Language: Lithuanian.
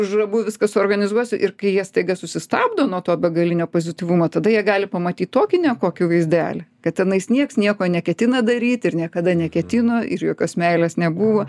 už abu viską suorganizuosiu ir kai jie staiga susistabdo nuo to begalinio pozityvumo tada jie gali pamatyt tokį nekokį vaizdelį kad tenais nieks nieko neketina daryt ir niekada neketino ir jokios meilės nebuvo